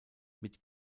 mit